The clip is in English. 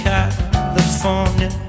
California